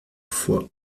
foi